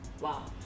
Wow